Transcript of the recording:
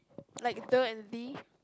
like the and the